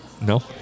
No